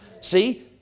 See